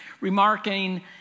remarking